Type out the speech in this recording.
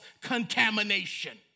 contamination